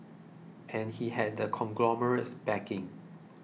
and he had the conglomerate's backing